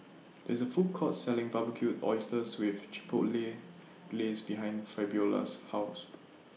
There IS A Food Court Selling Barbecued Oysters with Chipotle Glaze behind Fabiola's House